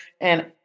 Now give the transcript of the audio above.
and-